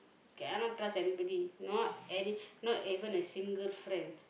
cannot trust anybody not any not even a single friend